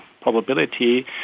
probability